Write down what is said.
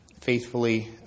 faithfully